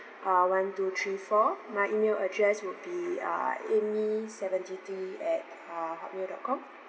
uh one two three four my email address would be uh amy seventy three at uh hotmail dot com